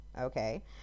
okay